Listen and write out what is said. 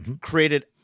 created